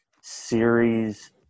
series